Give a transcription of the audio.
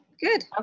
Good